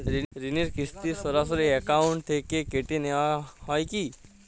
ঋণের কিস্তি সরাসরি অ্যাকাউন্ট থেকে কেটে নেওয়া হয় কি?